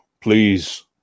please